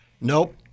Nope